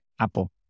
Apple